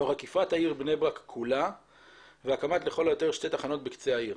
תוך עקיפת העיר בני ברק כולה והקמת לכל היותר שתי תחנות בקצה העיר.